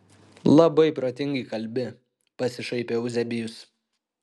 labai protingai kalbi pasišaipė euzebijus